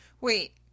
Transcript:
Wait